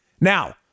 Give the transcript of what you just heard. Now